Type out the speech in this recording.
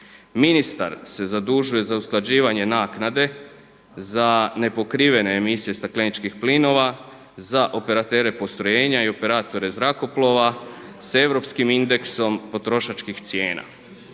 Ministar se zadužuje za usklađivanje naknade za nepokrivene emisije stakleničkih plinova, za operatere postrojenja i operatore zrakoplova sa europskim indeksom potrošačkih cijena.